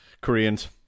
Koreans